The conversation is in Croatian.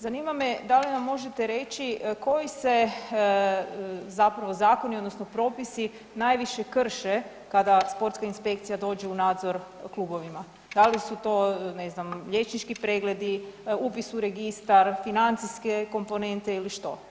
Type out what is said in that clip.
Zanima me da li nam možete reći koji se zapravo zakoni, odnosno propisi najviše krše kada sportska inspekcija dođe u nadzor klubovima, da li su to, ne znam, liječnički pregledi, upis u Registar, financijske komponente ili što.